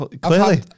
clearly